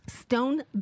Stone